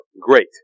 great